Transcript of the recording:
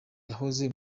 yahoze